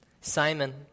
Simon